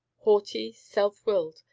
haughty, self-willed,